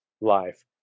life